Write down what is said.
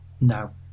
no